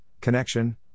connection